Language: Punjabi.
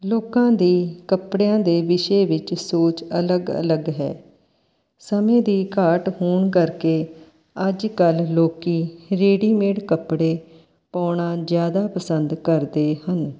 ਲੋਕਾਂ ਦੇ ਕੱਪੜਿਆਂ ਦੇ ਵਿਸ਼ੇ ਵਿੱਚ ਸੋਚ ਅਲੱਗ ਅਲੱਗ ਹੈ ਸਮੇਂ ਦੀ ਘਾਟ ਹੋਣ ਕਰਕੇ ਅੱਜ ਕੱਲ੍ਹ ਲੋਕੀਂ ਰੇਡੀਮੇਟ ਕੱਪੜੇ ਪਾਉਣਾ ਜ਼ਿਆਦਾ ਪਸੰਦ ਕਰਦੇ ਹਨ